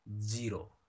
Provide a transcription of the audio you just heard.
Zero